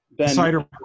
cider